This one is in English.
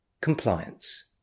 compliance